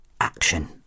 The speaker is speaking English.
action